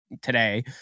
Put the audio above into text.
today